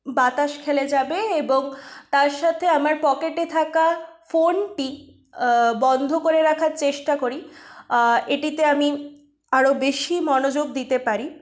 বাতাস খেলে যাবে এবং তার সাথে আমার পকেটে থাকা ফোনটি বন্ধ করে রাখার চেষ্টা করি এটিতে আমি আরো বেশি মনোযোগ দিতে পারি